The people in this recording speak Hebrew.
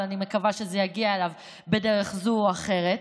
אבל אני מקווה שזה יגיע אליו בדרך זו או אחרת: